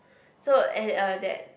so eh uh that